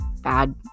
bad